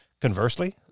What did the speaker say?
Conversely